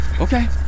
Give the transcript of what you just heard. Okay